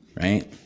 right